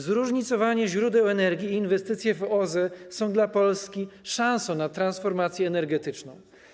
Zróżnicowanie źródeł energii i inwestycje w OZE są dla Polski szansą na transformację energetyczną.